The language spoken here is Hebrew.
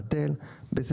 בפסקה (5) שמחוקה שם?